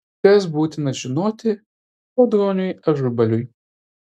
kas būtina žinoti audroniui ažubaliui